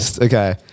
Okay